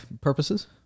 purposes